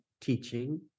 teaching